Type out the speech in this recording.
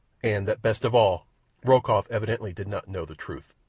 and that best of all rokoff evidently did not know the truth.